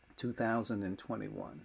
2021